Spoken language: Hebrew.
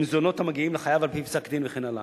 מזונות המגיעים לחייב על-פי פסק-דין, וכן הלאה.